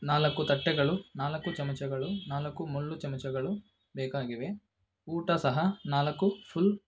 ನಾಲ್ಕು ತಟ್ಟೆಗಳು ನಾಲ್ಕು ಚಮಚಗಳು ನಾಲ್ಕು ಮುಳ್ಳು ಚಮಚಗಳು ಬೇಕಾಗಿವೆ ಊಟ ಸಹ ನಾಲ್ಕು ಫುಲ್